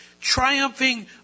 triumphing